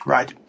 Right